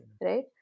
Right